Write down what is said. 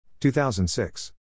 2006